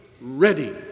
ready